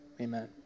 Amen